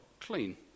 clean